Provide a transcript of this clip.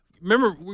remember